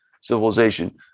civilization